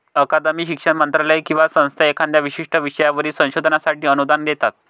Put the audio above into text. अकादमी, शिक्षण मंत्रालय किंवा संस्था एखाद्या विशिष्ट विषयावरील संशोधनासाठी अनुदान देतात